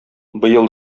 быел